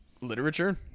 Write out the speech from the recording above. literature